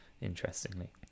interestingly